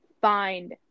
find